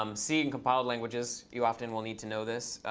um c and compiled languages, you often will need to know this,